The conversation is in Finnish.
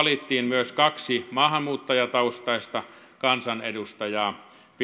myös kaksi maahanmuuttajataustaista kansanedustajaa pidän tätä